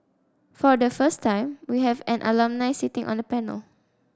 for the first time we have an alumni sitting on the panel